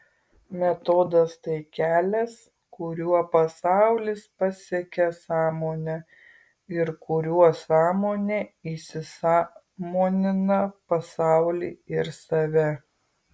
metodas tai kelias kuriuo pasaulis pasiekia sąmonę ir kuriuo sąmonė įsisąmonina pasaulį ir save